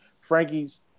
Frankie's